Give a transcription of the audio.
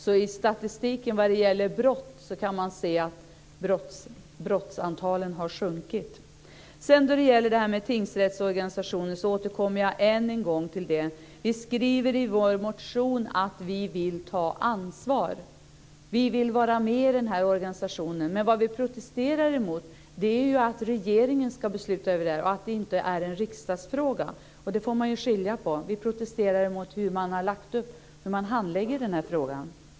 Så i statistiken över brott kan man se att antalet brott har sjunkit. Jag återkommer än en gång till tingsrättsorganisationen. Vi skriver i vår motion att vi vill ta ansvar. Vi vill vara med i den här organisationen, men vad vi protesterar mot är ju att regeringen ska besluta över det här och att det inte är en riksdagsfråga. Man får ju skilja på det här. Vi protesterar mot hur man handlägger den här frågan.